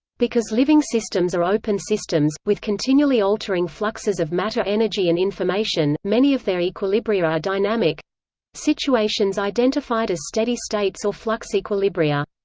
because living systems are open systems, with continually altering fluxes of matter-energy and information, many of their equilibria are dynamic situations identified as steady states or flux equilibria.